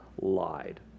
lied